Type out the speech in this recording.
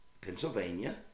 Pennsylvania